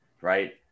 right